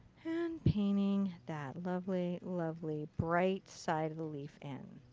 and painting that lovely lovely bright side of the leaf in.